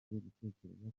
gutekereza